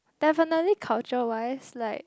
definitely culture wise like